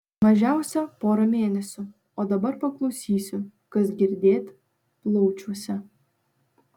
mažiausia porą mėnesių o dabar paklausysiu kas girdėt plaučiuose